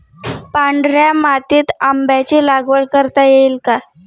पांढऱ्या मातीत आंब्याची लागवड करता येईल का?